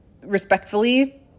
respectfully